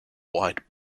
wide